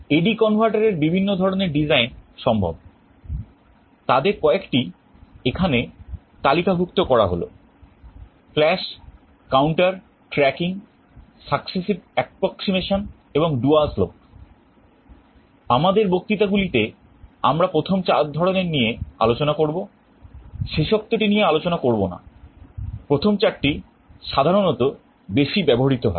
AD converterএর বিভিন্ন ধরনের ডিজাইন সম্ভব তাদের কয়েকটি এখানে তালিকাভুক্ত করা হলো flash counter tracking successive approximation এবং dual slope আমাদের বক্তৃতাগুলিতে আমরা প্রথম চার ধরনের নিয়ে আলোচনা করব শেষোক্তটি নিয়ে আলোচনা করবো না প্রথম চারটি সাধারণত বেশি ব্যবহৃত হয়